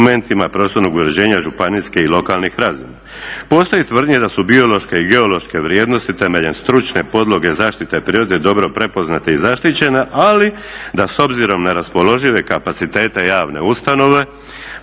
dokumentima prostornog uređenja županijske i lokalnih razina. Postoji tvrdnja da su biološke i geološke vrijednosti temeljem stručne podloge zaštite prirode dobro prepoznate i zaštićene, ali da s obzirom na raspoložive kapacitete javne ustanove